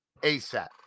ASAP